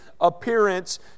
appearance